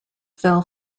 fell